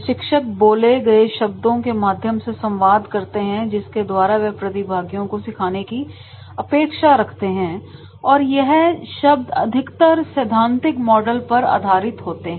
प्रशिक्षक बोले गए शब्दों के माध्यम से संवाद करते हैं जिसके द्वारा वह प्रतिभागियों को सिखाने की अपेक्षा रखते हैं और यह शब्द अधिकतर सैद्धांतिक मॉडल पर आधारित होते हैं